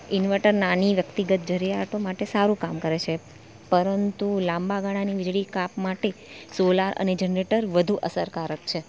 inverter નાની વ્યક્તિગત જરૂરિયાતો માટે સારું કામ કરે છે પરંતુ લાંબા ગાળાની વીજળી કાપ માટે સોલાર અને જનરેટર વધુ અસરકારક છે